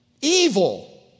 evil